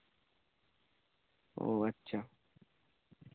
ᱚ ᱟᱪᱪᱷᱟ